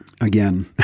again